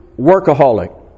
workaholic